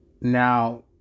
Now